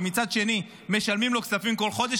ומצד שני משלמים לו כספים כל חודש,